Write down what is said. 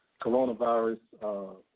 coronavirus